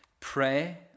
Pray